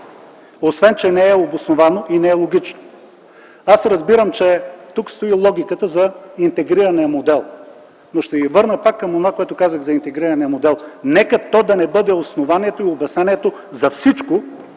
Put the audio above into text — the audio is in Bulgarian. освен това е необосновано и нелогично. Разбирам, че тук стои логиката за интегрирания модел. Но ще ви върна отново към онова, което казах за интегрирания модел. Нека то да не бъде основанието и обяснението за всичко,